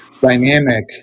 dynamic